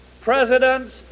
Presidents